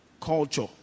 culture